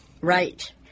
Right